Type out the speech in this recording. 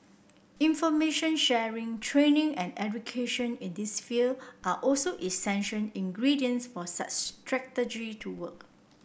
information sharing training and education in this field are also essential ingredients for such strategy to work